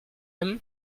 aime